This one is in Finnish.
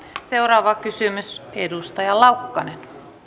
seuraava kysymys edustaja laukkanen